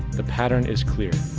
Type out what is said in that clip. the pattern is clear.